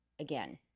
again